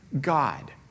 God